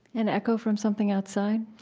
an echo from something outside?